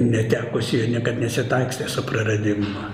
netekusi ir niekad nesitaikstė su praradimu